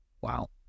Wow